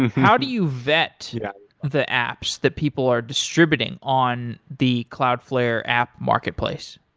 how do you vet the apps that people are distributing on the cloudflare app marketplace?